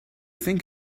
think